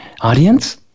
audience